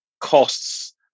costs